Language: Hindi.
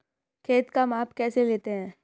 खेत का माप कैसे लेते हैं?